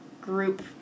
group